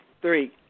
three